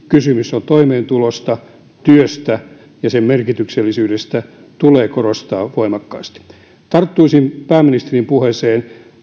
kysymys on toimeentulosta työstä ja sen merkityksellisyydestä tulee korostaa voimakkaasti tarttuisin pääministerin puheeseen